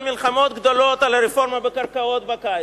מלחמות גדולות על הרפורמה בקרקעות בקיץ.